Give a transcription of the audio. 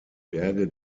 berge